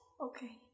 Okay